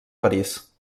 parís